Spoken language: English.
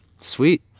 Sweet